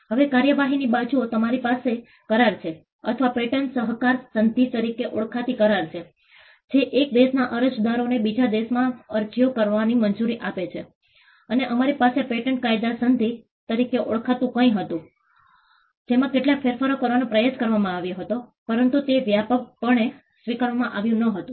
હવે કાર્યવાહીની બાજુએ આપણી પાસે કરાર છે અથવા પેટન્ટ સહકાર સંધિ તરીકે ઓળખાતી કરાર છે જે એક દેશના અરજદારોને બીજા દેશમાં અરજીઓ કરવાની મંજૂરી આપે છે અને અમારી પાસે પેટન્ટ કાયદા સંધિ તરીકે ઓળખાતું કંઈક હતું જેમાં કેટલાક ફેરફારો કરવાનો પ્રયાસ કરવામાં આવ્યો પરંતુ તે વ્યાપકપણે સ્વીકારવામાં આવ્યું ન હતું